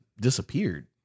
disappeared